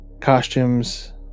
costumes